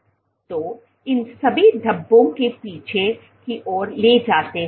तो इन सभी धब्बों को पीछे की ओर ले जाते हैं